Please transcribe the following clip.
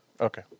Okay